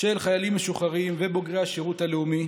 של חיילים משוחררים ובוגרי השירות הלאומי